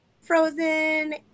Frozen